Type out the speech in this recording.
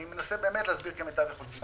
אני מנסה להסביר כמיטב יכולתי.